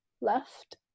left